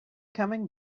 coming